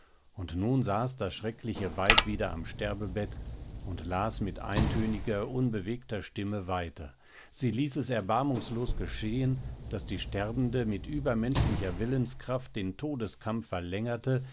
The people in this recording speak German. und nun saß das schreckliche weib wieder am sterbebett und las mit eintöniger unbewegter stimme weiter sie ließ es erbarmungslos geschehen daß die sterbende mit übermenschlicher willenskraft den todeskampf verlängerte